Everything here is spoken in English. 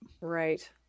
Right